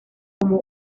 como